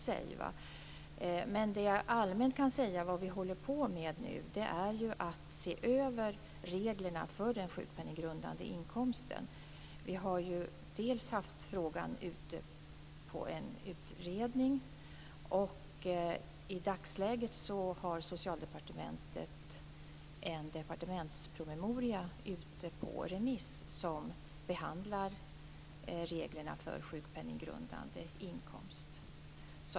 Jag kan allmänt säga att det vi håller på med nu är att vi ser över reglerna för den sjukpenninggrundande inkomsten. Vi har undersökt frågan i en utredning. I dagsläget har Socialdepartementet en departementspromemoria ute på remiss som behandlar reglerna för sjukpenninggrundande inkomst.